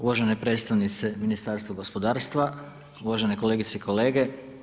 Uvažene predstavnice Ministarstva gospodarstva, uvažene kolegice i kolege.